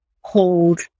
hold